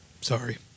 Sorry